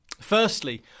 Firstly